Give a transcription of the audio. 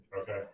Okay